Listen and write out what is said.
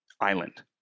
island